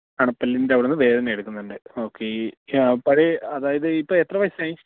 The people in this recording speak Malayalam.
അണപ്പല്ലിന്റെ അവിടെനിന്ന് വേദനയെടുക്കുന്നുണ്ട് ഓക്കെ പഴയ അതായത് ഇപ്പോളെത്ര വയസ്സായി